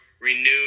renewed